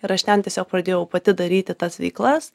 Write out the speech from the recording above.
ir aš ten tiesiog pradėjau pati daryti tas veiklas